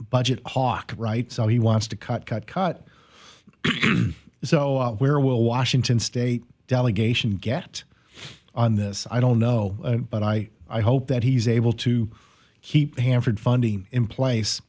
budget hawk right so he wants to cut cut cut so where will washington state delegation get on this i don't know but i i hope that he's able to keep hanford funding in place